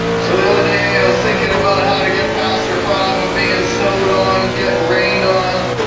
so the other day, i was thinking about how to get past our problem of being snowed on, getting rained on.